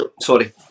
Sorry